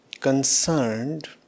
concerned